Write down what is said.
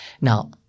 Now